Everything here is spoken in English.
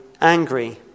angry